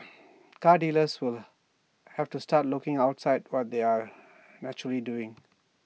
car dealers will have to start looking outside what they are naturally doing